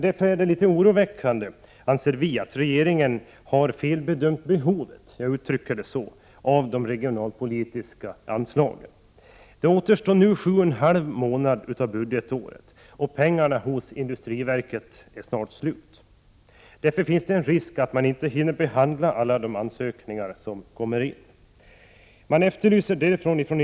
Därför är det oroväckande att regeringen har felbedömt behoven av regionalpolitiska anslag. Det återstår cirka sju och en halv månad av budgetåret, och pengarna vid industriverket är snart slut. Därför finns det en risk att verket inte hinner behandla ansökningar som inkommer innan pengarna är slut.